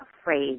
afraid